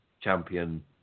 champion